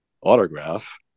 autograph